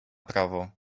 prawo